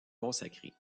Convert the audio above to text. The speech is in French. consacré